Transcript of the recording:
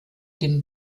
den